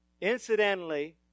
Incidentally